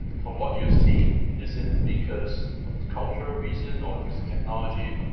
from what you seeing, is it because of cultural reasons or it's technology?